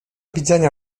widzenia